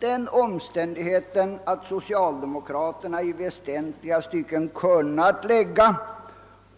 Den omständigheten att socialdemokraterna i väsentliga stycken kunnat